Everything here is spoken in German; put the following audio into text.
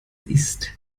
ist